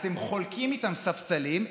אתם חולקים איתם ספסלים.